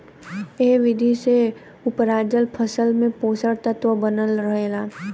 एह विधि से उपराजल फसल में पोषक तत्व बनल रहेला